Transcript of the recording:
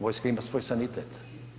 Vojska ima svoj sanitet.